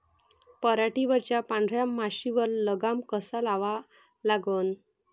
पराटीवरच्या पांढऱ्या माशीवर लगाम कसा लावा लागन?